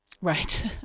Right